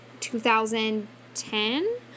2010